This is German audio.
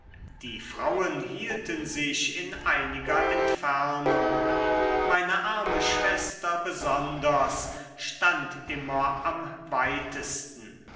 die frauen hielten sich in einiger entfernung meine arme schwester besonders stand immer am weitesten